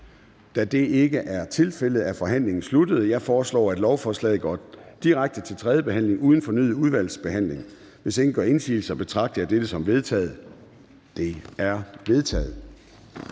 Da det ikke er tilfældet, er forhandlingen sluttet. Jeg foreslår, at lovforslaget går direkte til tredje behandling uden fornyet udvalgsbehandling. Hvis ingen gør indsigelse, betragter jeg dette som vedtaget. Det er vedtaget.